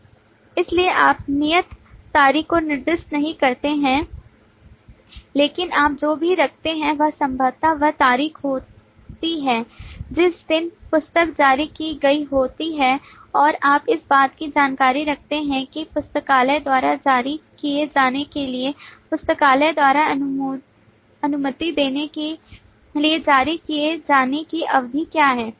इसलिए आप नियत तारीख को निर्दिष्ट नहीं करते हैं लेकिन आप जो भी रखते हैं वह संभवतः वह तारीख होती है जिस दिन पुस्तक जारी की गई होती है और आप इस बात की जानकारी रखते हैं कि पुस्तकालय द्वारा जारी किए जाने के लिए पुस्तकालय द्वारा अनुमति देने के लिए जारी किए जाने की अवधि क्या है